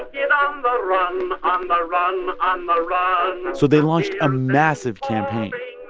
and um but run on the run, on the run. so they launched a massive campaign,